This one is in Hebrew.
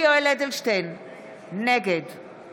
(קוראת